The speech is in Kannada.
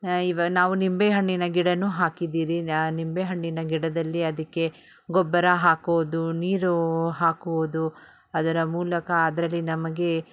ಇವಾಗ ನಾವು ನಿಂಬೆ ಹಣ್ಣಿನ ಗಿಡ ಹಾಕಿದ್ದೀರಿ ನ ನಿಂಬೆ ಹಣ್ಣಿನ ಗಿಡದಲ್ಲಿ ಅದಕ್ಕೆ ಗೊಬ್ಬರ ಹಾಕುವುದು ನೀರು ಹಾಕುವುದು ಅದರ ಮೂಲಕ ಅದರಲ್ಲಿ ನಮಗೆ